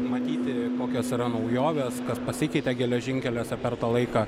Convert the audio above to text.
matyti kokios yra naujovės kas pasikeitė geležinkeliuose per tą laiką